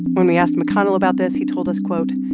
when we asked mcconnell about this, he told us, quote,